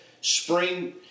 Spring